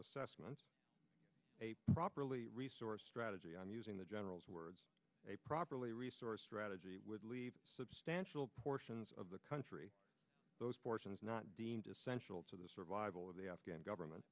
assessments a properly resourced strategy and using the general's words a properly resourced strategy would leave substantial portions of the country those portions not deemed essential to the survival of the afghan government